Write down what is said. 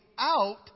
out